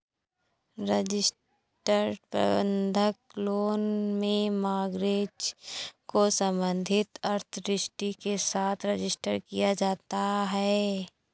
registered बंधक loan में mortgage को संबंधित अथॉरिटी के साथ रजिस्टर किया जाता है